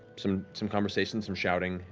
some some conversations, some shouting,